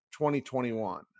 2021